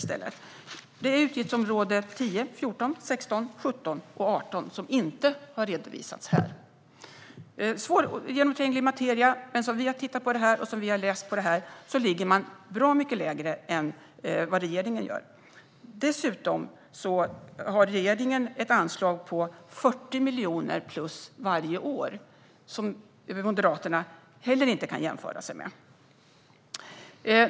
Detta handlar om utgiftsområdena 10, 14, 16, 17 och 18 - områden som inte har redovisats här. Som sagt är detta svårgenomtränglig materia, men som vi har läst det här ligger man bra mycket lägre än vad regeringen gör. Dessutom har regeringen ett anslag på ytterligare 40 miljoner varje år, som Moderaterna heller inte kan jämföra sig med.